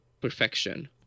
perfection